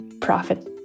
profit